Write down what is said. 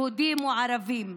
יהודים או ערבים,